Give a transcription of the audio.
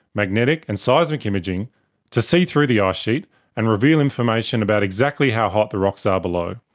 magnetic and seismic imaging to see through the ice sheet and reveal information about exactly how hot the rocks are below.